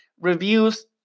reviews